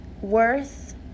worth